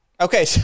Okay